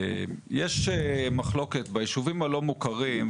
יש מחלוקת ביישובים הלא מוכרים,